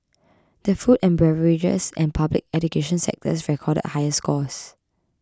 the food and beverages and public education sectors recorded higher scores